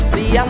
See